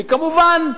וכמובן,